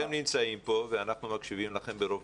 אתם נמצאים פה ואנחנו מקשיבים לכם ברוב